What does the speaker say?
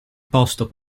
posto